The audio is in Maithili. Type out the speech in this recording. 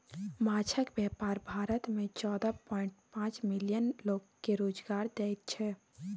माछक बेपार भारत मे चौदह पांइट पाँच मिलियन लोक केँ रोजगार दैत छै